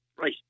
right